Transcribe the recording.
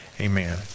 Amen